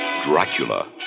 Dracula